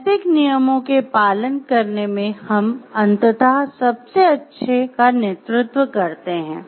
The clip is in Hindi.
नैतिक नियमों के पालन करने में हम अंततः सबसे अच्छे का नेतृत्व करते हैं